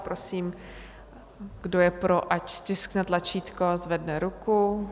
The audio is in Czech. Prosím, kdo je pro, ať stiskne tlačítko a zvedne ruku.